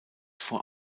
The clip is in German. vor